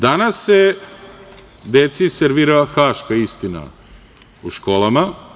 Danas se deci servira haška istina u školama.